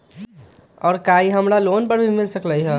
और का इ हमरा लोन पर भी मिल सकेला?